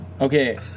Okay